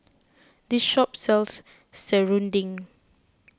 this shop sells Serunding